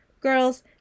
Girls